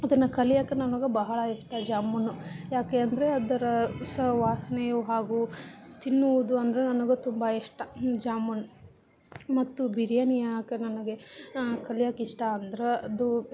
ಅದನ್ನು ಕಲಿಯೋಕೆ ನನ್ಗೆ ಬಹಳ ಇಷ್ಟ ಜಾಮೂನು ಯಾಕೆ ಅಂದರೆ ಅದರ ಸ ವಾಸನೆಯು ಹಾಗೂ ತಿನ್ನುವುದು ಅಂದರೆ ನನ್ಗೆ ತುಂಬ ಇಷ್ಟ ಜಾಮೂನು ಮತ್ತು ಬಿರಿಯಾನಿ ಯಾಕೆ ನನಗೆ ಕಲಿಯೋಕೆ ಇಷ್ಟ ಅಂದ್ರೆ ಅದು